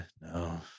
No